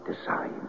Decide